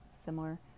similar